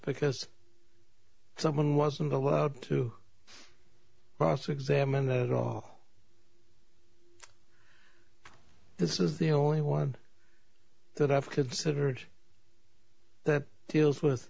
because someone wasn't allowed to cross examine that all this is the only one that i've considered that deals w